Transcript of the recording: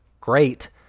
Great